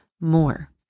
more